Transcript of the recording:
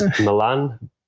Milan